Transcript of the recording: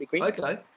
okay